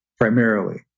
primarily